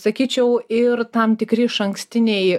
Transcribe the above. sakyčiau ir tam tikri išankstiniai